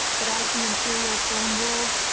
but as the imperial throne world,